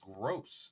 gross